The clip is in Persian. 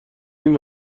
این